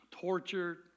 tortured